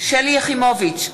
שלי יחימוביץ,